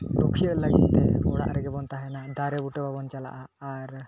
ᱨᱩᱠᱷᱤᱭᱟᱹ ᱞᱟᱹᱜᱤᱫ ᱛᱮ ᱚᱲᱟᱜ ᱨᱮᱵᱚᱱ ᱛᱟᱦᱮᱱᱟ ᱫᱟᱨᱮ ᱵᱩᱴᱟᱹ ᱵᱟᱵᱚᱱ ᱪᱟᱞᱟᱜᱼᱟ ᱟᱨ